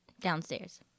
downstairs